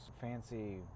fancy